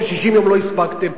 לא הספקתם,